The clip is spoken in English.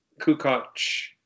Kukoc